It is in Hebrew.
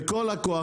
בכל הכוח,